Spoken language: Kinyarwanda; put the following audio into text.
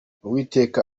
uwiteka